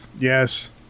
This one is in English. Yes